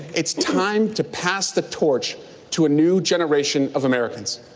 it's time to pass the torch to a new generation of americans.